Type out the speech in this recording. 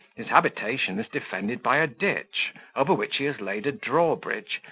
his habitation is defended by a ditch, over which he has laid a draw-bridge,